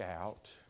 out